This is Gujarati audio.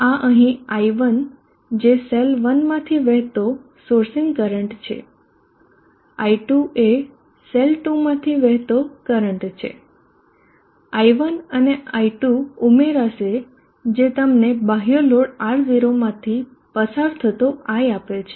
આ અહીં i1 જે સેલ 1 માંથી વહેતો સોર્સિંગ કરંટ છે i2 એ સેલ 2 માંથી વહેતો કરંટ છે i1 અને i2 ઉમેરશે જે તમને બાહ્ય લોડ R0 માંથી પસાર થતો i આપે છે